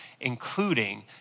including